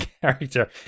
character